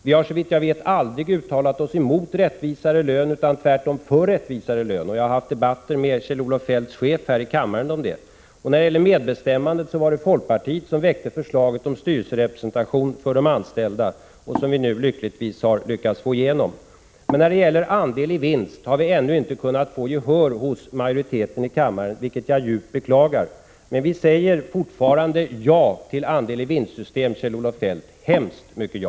Vi har såvitt jag vet aldrig uttalat oss mot rättvisare lön utan tvärtom för rättvisare lön, och jag har haft debatter med Kjell-Olof Feldts chef här i kammaren om det. Och när det gäller medbestämmandet var det folkpartiet som väckte förslaget om styrelserepresentation för de anställda, som vi nu lyckligtvis har kunnat få igenom. Men när det gäller andel i vinst har vi ännu inte kunnat få gehör hos majoriteten i kammaren, vilket jag djupt beklagar. Men vi säger fortfarande ja till andel-i-vinst-system, Kjell-Olof Feldt, hemskt mycket ja!